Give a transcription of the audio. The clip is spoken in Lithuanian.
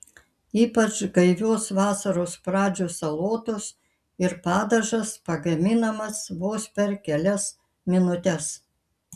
ypač gaivios vasaros pradžios salotos ir padažas pagaminamas vos per kelias minutes